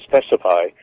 specify